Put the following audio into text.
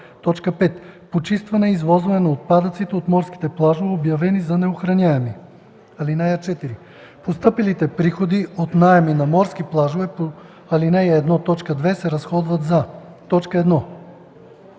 5. почистване и извозване на отпадъците от морските плажове, обявени за неохраняеми. (4) Постъпилите приходи от наеми на морски плажове по ал. 1, т. 2 се разходват за: 1.